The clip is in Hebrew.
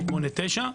8/9,